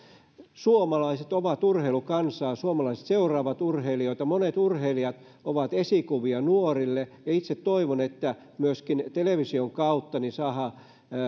suomalaiset ovat urheilukansaa suomalaiset seuraavat urheilijoita monet urheilijat ovat esikuvia nuorille ja itse toivon että myöskin television kautta saadaan